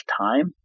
time